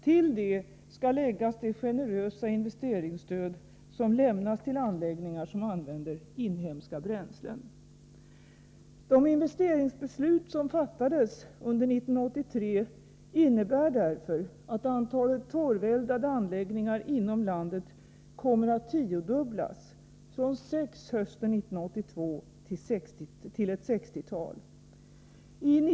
Till det skall läggas det generösa investeringsstöd som lämnas till anläggningar som använder inhemska bränslen. De investeringsbeslut som fattades under 1983 innebär därför att antalet torveldade anläggningar inom landet kommer att tiodubblas — från 6 hösten 1982 till ett sextiotal.